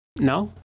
No